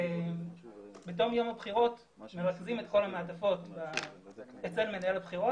ובתום יום הבחירות מרכזים את כל המעטפות אצל מנהל הבחירות,